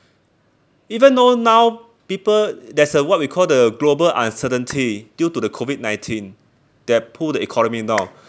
even though now people there's a what we call the global uncertainty due to the COVID nineteen that pull the economy down